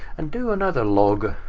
and do another log.